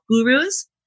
gurus